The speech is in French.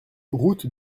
route